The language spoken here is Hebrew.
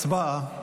הצבעה.